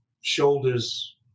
shoulders